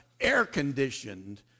air-conditioned